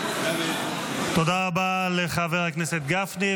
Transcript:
תודה רבה לחבר הכנסת גפני,